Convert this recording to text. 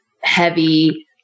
heavy